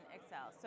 Excel